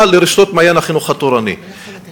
לרשתות "מעיין החינוך התורני" והחינוך העצמאי.